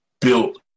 built